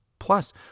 Plus